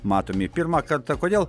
matomi pirmą kartą kodėl